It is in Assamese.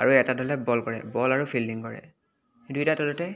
আৰু এটা ধলে বল কৰে বল আৰু ফিল্ডিং কৰে কিন্তু এতিয়া তলতে